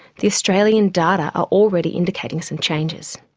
the australian data are already indicating some changes.